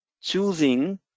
choosing